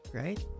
right